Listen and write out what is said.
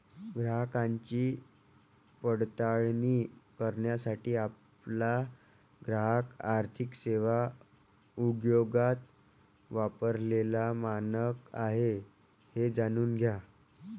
ग्राहकांची पडताळणी करण्यासाठी आपला ग्राहक आर्थिक सेवा उद्योगात वापरलेला मानक आहे हे जाणून घ्या